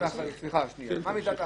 סליחה, מה מידת האחריות?